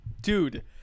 Dude